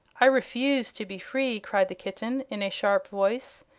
i refuse to be free, cried the kitten, in a sharp voice,